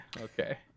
Okay